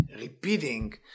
repeating